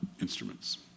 instruments